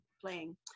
playing